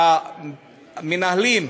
מנהלים,